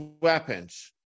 weapons